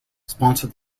sponsored